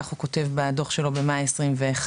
כך הוא כותב בדו"ח שלו במאי 2021,